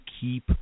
keep